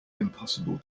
impossible